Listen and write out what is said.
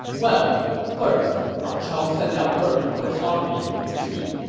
well, first, ma chao sent out word for his army to retreat,